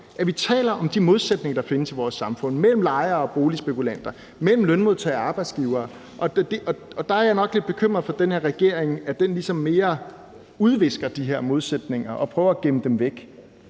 at vi taler om de modsætninger, der findes i vores samfund, mellem lejere og boligspekulanter, mellem lønmodtagere og arbejdsgivere, og der er jeg nok lidt bekymret for, at den her regering ligesom mere udvisker de her modsætninger og prøver at gemme dem væk.